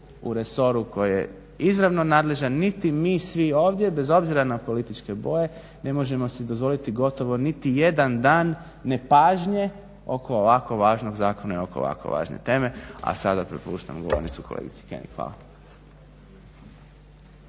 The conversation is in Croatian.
u resoru koji je izravno nadležan niti mi svi ovdje bez obzira na političke boje ne možemo si dozvoliti gotovo niti jedan dan nepažnje oko ovako važnog zakona i oko važne teme. A sada prepuštam govornicu kolegici König. Hvala.